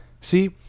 See